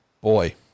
boy